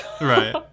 Right